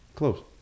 close